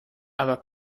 aber